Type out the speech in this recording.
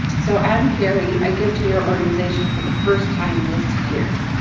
so, i'm kerri, i give to your organization for the first time this year.